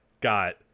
got